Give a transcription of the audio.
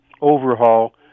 overhaul